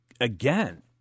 again